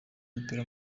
w’umupira